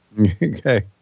Okay